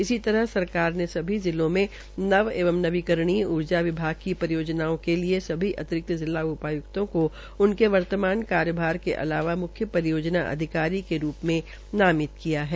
इसी तरह सरकार ने सभी जिलों में नव एवं नवीनीकरणीय ऊर्जा विभाग की परियोजनाओं के लिए सभी अतिरिक्त जिला जिला उपाय्क्तों को उनके वर्तमान कार्यभार के अलावा मुख्य परियोजना अधिकारी के रूप में नामित किया है